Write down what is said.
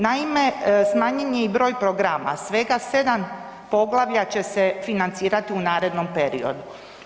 Naime, smanjen je i broj programa, svega 7 poglavlja će se financirat u narednom periodu.